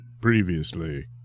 Previously